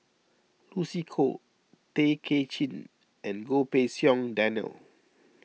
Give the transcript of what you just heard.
Lucy Koh Tay Kay Chin and Goh Pei Siong Daniel